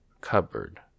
cupboard